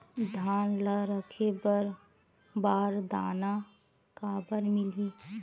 धान ल रखे बर बारदाना काबर मिलही?